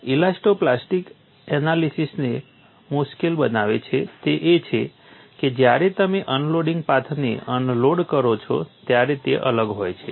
elasto plastic એનાલિસીસને મુશ્કેલ બનાવે છે તે એ છે કે જ્યારે તમે અનલોડિંગ પાથને અનલોડ કરો છો ત્યારે તે અલગ હોય છે